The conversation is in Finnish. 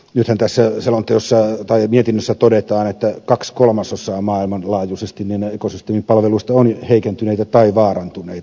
nythän tässä mietinnössä todetaan että maailmanlaajuisesti kaksi kolmasosaa ekosysteemipalveluista on heikentyneitä tai vaarantuneita